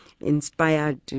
inspired